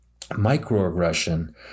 microaggression